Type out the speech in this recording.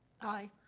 Aye